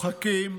צוחקים,